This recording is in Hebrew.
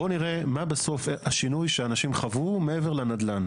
בואו נראה מה בסוף השינוי שאנשים חוו מעבר לנדל"ן.